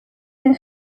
den